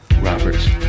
Roberts